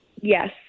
Yes